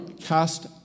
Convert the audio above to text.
cast